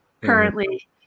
currently